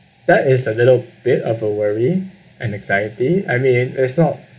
that is a little bit of a worry and anxiety I mean it's not